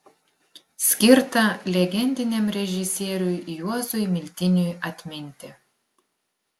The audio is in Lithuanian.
skirta legendiniam režisieriui juozui miltiniui atminti